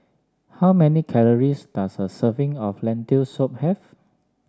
how many calories does a serving of Lentil Soup have